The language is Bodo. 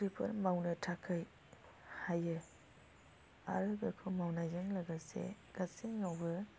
बेफोर मावनो थाखाय हायो आरो बेखौ मावनायजों लोगोसे गासैनावबो